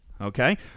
okay